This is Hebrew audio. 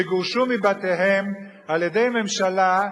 שגורשו מבתיהם על-ידי ממשלה.